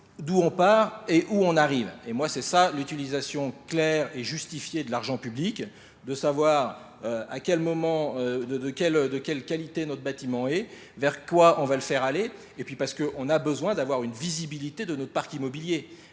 d'où on part et où on arrive. Et moi, c'est ça l'utilisation claire et justifiée de l'argent public, de savoir à quel moment, de quelle qualité notre bâtiment est, vers quoi on va le faire aller. Et puis parce qu'on a besoin d'avoir une visibilité de notre parc immobilier.